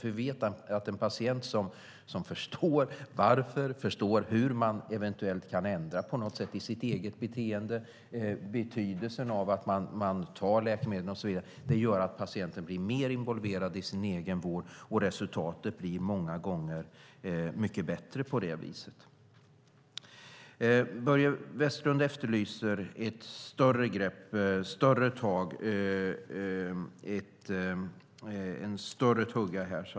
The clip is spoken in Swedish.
Vi vet att en patient som förstår varför, som förstår hur man eventuellt kan ändra sitt eget beteende och som förstår betydelsen av att ta läkemedlen blir mer involverad i sin egen vård, och resultatet blir många gånger mycket bättre på det viset. Börje Vestlund efterlyser ett större grepp.